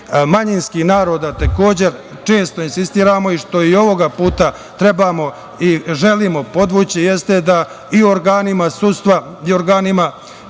manjinskih naroda takođe često insistiramo i što i ovoga puta trebamo i želimo podvući jeste da i u organima sudstva i organima